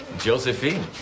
Josephine